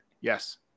yes